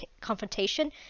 confrontation